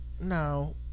no